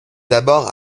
d’abord